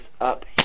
up